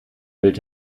wird